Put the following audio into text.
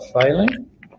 failing